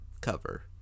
cover